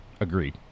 Agreed